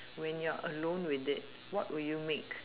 when you're alone with it what will you make